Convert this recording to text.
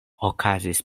okazis